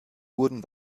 wurden